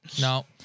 No